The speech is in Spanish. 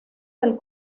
del